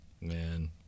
Man